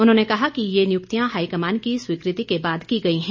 उन्होंने कहा कि ये नियुक्तियां हाईकमान की स्वीकृति के बाद की गई हैं